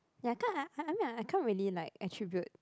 ya can't I I mean I can't really like attribute